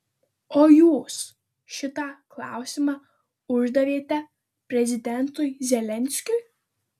o jūs šitą klausimą uždavėte prezidentui zelenskiui